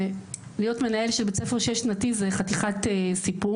ולהיות מנהל של בית ספר שש שנתי זה חתיכת סיפור,